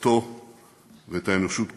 אותו ואת האנושות כולה,